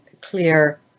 clear